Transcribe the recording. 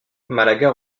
malaga